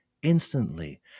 instantly